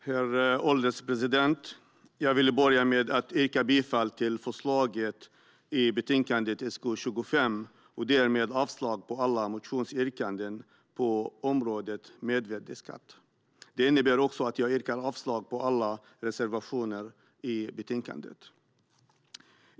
Herr ålderspresident! Jag vill börja med att yrka bifall till förslaget i betänkande SkU25 och därmed avslag på alla motionsyrkanden på området mervärdesskatt. Det innebär också att jag yrkar avslag på alla reservationer i betänkandet.